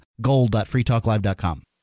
gold.freetalklive.com